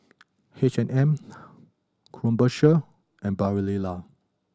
H and M Krombacher and Barilla